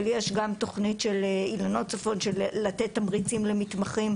אבל יש גם תוכנית של אילנות של לתת תמריצים למתמחים